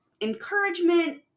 encouragement